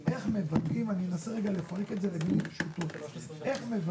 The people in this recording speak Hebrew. התשפ"ג 2022 הוספת סעיף 3א 1. בפקודת המועצות המקומיות,